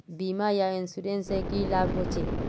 बीमा या इंश्योरेंस से की लाभ होचे?